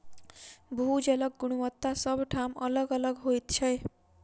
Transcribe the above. भू जलक गुणवत्ता सभ ठाम अलग अलग होइत छै